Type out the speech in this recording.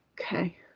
Okay